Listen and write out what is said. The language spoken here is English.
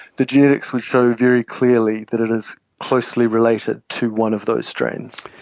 the genetics would show very clearly that it is closely related to one of those strains.